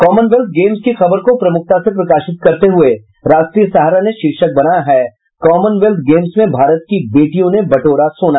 Commonwealth Games की खबर को प्रमुखता से प्रकाशित करते हुये राष्ट्रीय सहारा ने शीर्षक बनाया हे कॉमनवेथ्ल गेम्स में भारत की बेटियों ने बटोरा सोना